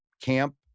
camp